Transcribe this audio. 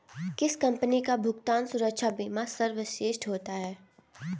किस कंपनी का भुगतान सुरक्षा बीमा सर्वश्रेष्ठ होता है?